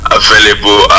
available